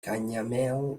canyamel